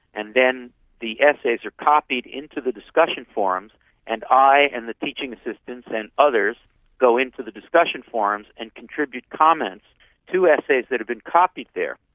and then the essays are copied into the discussion forums and i and the teaching assistants and others go into the discussion forums and contribute comments to essays that have been copied there.